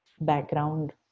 background